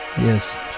yes